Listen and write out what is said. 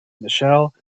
michelle